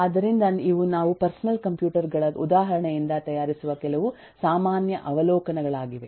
ಆದ್ದರಿಂದ ಇವು ನಾವು ಪರ್ಸನಲ್ ಕಂಪ್ಯೂಟರ್ ಗಳ ಉದಾಹರಣೆಯಿಂದ ತಯಾರಿಸುವ ಕೆಲವು ಸಾಮಾನ್ಯ ಅವಲೋಕನಗಳಾಗಿವೆ